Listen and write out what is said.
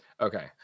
Okay